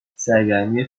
سرگرمی